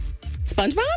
SpongeBob